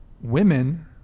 Women